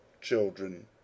children